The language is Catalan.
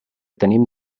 tenim